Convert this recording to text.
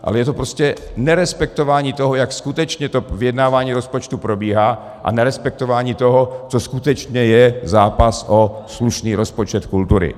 To je prostě nerespektování toho, jak skutečně to vyjednávání rozpočtu probíhá, a nerespektování toho, co skutečně je zápas o slušný rozpočet kultury.